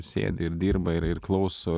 sėdi ir dirba ir ir klauso